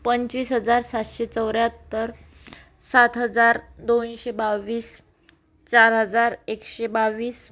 पंचवीस हजार सातशे चौऱ्याहत्तर सात हजार दोनशे बावीस चार हजार एकशे बावीस